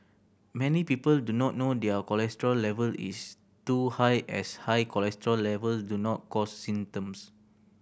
many people do not know their cholesterol level is too high as high cholesterol level do not cause symptoms